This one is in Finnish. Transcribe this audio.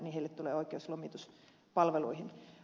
heille tulee oikeus lomituspalveluihin